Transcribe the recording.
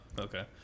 okay